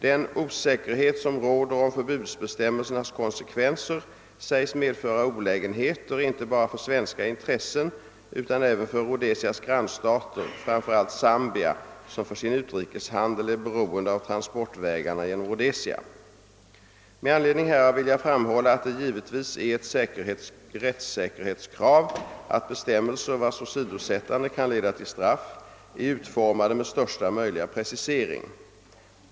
Den osäkerhet som råder om förbudsbestämmelsernas konsekvenser sägs medföra olägenheter inte bara för svenska intressen utan även för Rhodesias grannstater, framför allt Zambia, som för sin utrikeshandel är beroende av transportvägarna genom Rhodesia. Med anledning härav vill jag framhålla att det givetvis är ett rättssäkerhetskrav att bestämmelser, vilkas åsidosättande kan leda till straff, är utformade med största möjliga precisering.